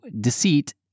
deceit